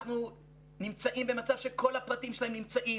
אנחנו נמצאים במצב שכל הפרטים שלהם נמצאים.